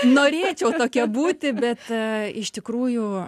norėčiau tokia būti bet a iš tikrųjų